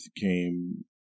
came